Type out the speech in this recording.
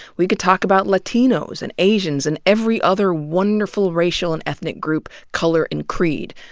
we could talk about latinos and asians and every other wonderful racial and ethnic group, color and creed.